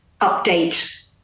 update